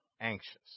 anxious